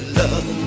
love